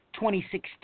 2016